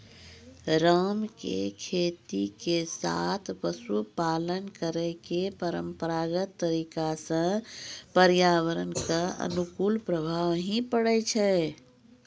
राम के खेती के साथॅ पशुपालन करै के परंपरागत तरीका स पर्यावरण कॅ अनुकूल प्रभाव हीं पड़ै छै